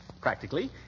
practically